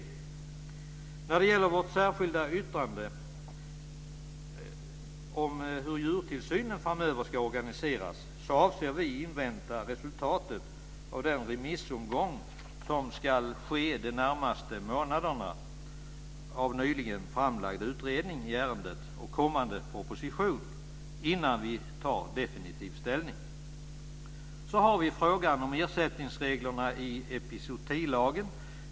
När det gäller vårt särskilda yttrande om hur djurtillsynen framöver ska organiseras avser vi att invänta resultatet av remissomgången i fråga om den nyligen framlagda utredningen i ärendet och den kommande propositionen som ska ske de närmaste månaderna innan vi tar definitiv ställning. Så har vi frågan om ersättningsreglerna i epizootilagen.